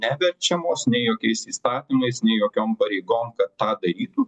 neverčiamos nei jokiais įstatymais nei jokiom pareigom kad tą darytų